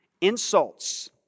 Insults